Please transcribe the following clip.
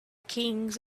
kings